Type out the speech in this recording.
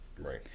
Right